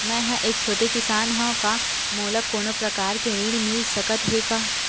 मै ह एक छोटे किसान हंव का मोला कोनो प्रकार के ऋण मिल सकत हे का?